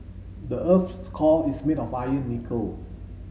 the earth's core is made of iron nickel